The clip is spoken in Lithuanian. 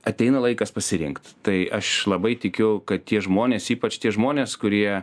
ateina laikas pasirinkt tai aš labai tikiu kad tie žmonės ypač tie žmonės kurie